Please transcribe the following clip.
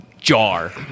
jar